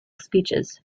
speeches